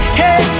hey